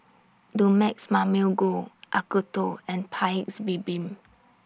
Dumex Mamil Gold Acuto and Paik's Bibim